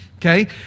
Okay